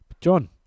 John